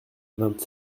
vingt